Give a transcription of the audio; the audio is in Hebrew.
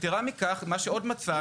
יתרה מכך, מה שעוד מצאנו